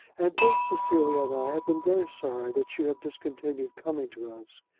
and both cecilia and i have been very sorry that you have discontinued coming to us.